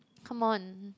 come on